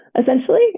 essentially